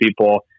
people